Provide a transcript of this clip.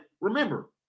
remember